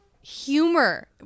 humor